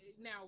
Now